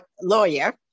lawyer